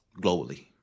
globally